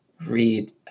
read